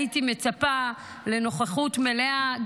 הייתי מצפה לנוכחות מלאה,